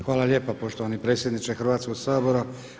Hvala lijepo poštovani predsjedniče Hrvatskoga sabora.